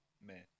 man